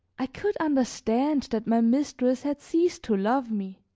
i could understand that my mistress had ceased to love me,